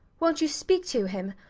wont you speak to him?